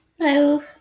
hello